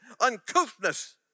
uncouthness